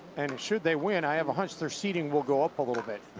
and should they win i have a hunch their seeding will go up a little bit